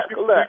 look